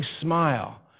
smile